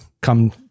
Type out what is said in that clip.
come